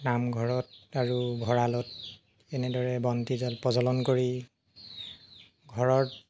নামঘৰত আৰু ভঁৰালত এনেদৰে বন্তি জ প্ৰজলন কৰি ঘৰত